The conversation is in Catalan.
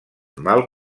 mal